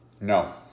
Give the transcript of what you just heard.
No